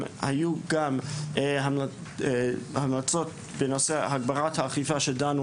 היו גם המלצות בנושא הגברת האכיפה שדנו